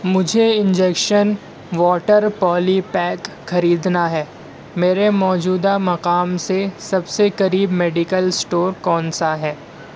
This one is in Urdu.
مجھے انجیکشن واٹر پالی پیک خریدنا ہے میرے موجودہ مقام سے سب سے قریب میڈیکل اسٹور کون سا ہے